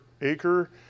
acre